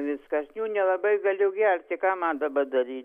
viskas jų nelabai galiu gerti ką man dabar daryt